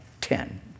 ten